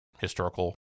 historical